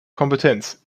kompetenz